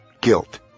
guilt